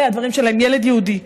אלה הדברים שלהם, ילד יהודי.